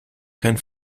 kein